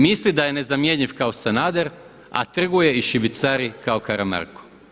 Misli da je nezamjenjiv kao Sanader, a trguje i šibicari Karamarko.